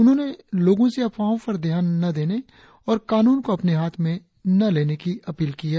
उन्होंने लोगों से अफवाहों पर ध्यान न देने और कानून को अपने हाथ में न लेने की भी अपील की है